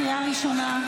קריאה ראשונה.